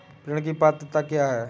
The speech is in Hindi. ऋण की पात्रता क्या है?